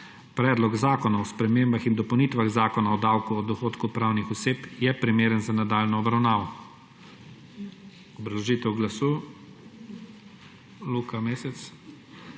Predlog zakona o spremembah in dopolnitvah Zakona o davku od dohodkov pravnih oseb je primeren za nadaljnjo obravnavo. Obrazložitev glasu ima Luka Mesec.